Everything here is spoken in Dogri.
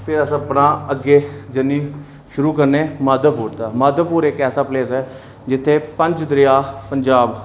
फ्ही अस अपना अग्गें जर्नी शुरू करने माधव पुर दा माधव पुर इक ऐसा प्लेस ऐ जित्थै पंज दरेआ पंजाब